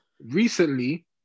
Recently